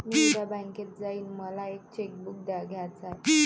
मी उद्या बँकेत जाईन मला एक चेक बुक घ्यायच आहे